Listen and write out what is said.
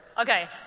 Okay